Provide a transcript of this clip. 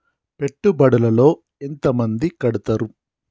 పెట్టుబడుల లో ఎంత మంది కడుతరు?